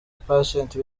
patient